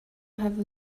have